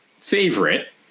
favorite